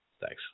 Thanks